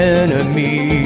enemy